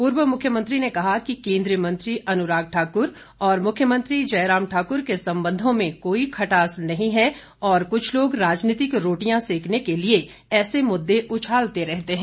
पूर्व मुख्यमंत्री ने कहा कि केंद्रीय मंत्री अनुराग ठाकुर और मुख्यमंत्री जयराम ठाकुर के संबंधों में कोई खटास नहीं है और कुछ लोग राजनीतिक रोटियां सेंकने के लिए ऐसे मुददे उछालते रहते हैं